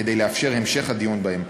כדי לאפשר המשך הדיון בהם.